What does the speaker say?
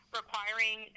requiring